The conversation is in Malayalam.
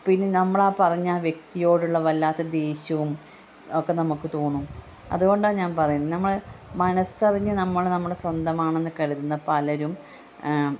പിന്നെ നമ്മൾ ആ പറഞ്ഞ ആ വ്യക്തിയോടുള്ള വല്ലാത്ത ദേഷ്യവും ഒക്കെ നമുക്ക് തോന്നും അതുകൊണ്ടാണ് ഞാൻ പറയുന്നത് നമ്മൾ മനസ്സറിഞ്ഞ് നമ്മൾ നമ്മളെ സ്വന്തമാണെന്ന് കരുതുന്ന പലരും